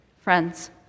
Friends